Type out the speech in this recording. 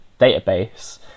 database